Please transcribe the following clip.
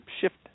shift